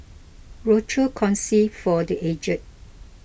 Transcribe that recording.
Rochor Kongsi for the Aged